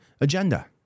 agenda